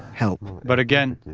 help. but, again,